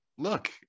Look